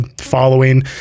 following